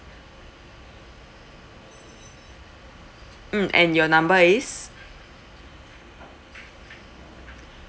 mm and your number is